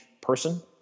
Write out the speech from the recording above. person